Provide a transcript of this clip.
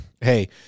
hey